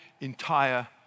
entire